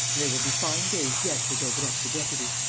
there will be fine days yet for daubrecq the deputy!